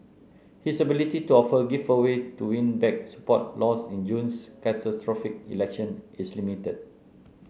his ability to offer giveaway to win back support lost in June's catastrophic election is limited